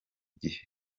gihe